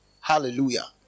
Hallelujah